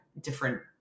different